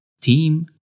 team